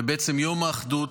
ובעצם יום האחדות,